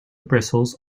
bristles